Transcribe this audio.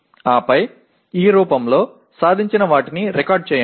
ఆపై ఈ రూపంలో సాధించిన వాటిని రికార్డ్ చేయండి